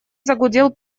загудел